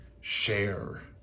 share